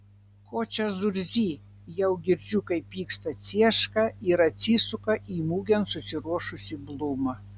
ko čia zurzi jau girdžiu kaip pyksta cieška ir atsisuka į mugėn susiruošusį blūmą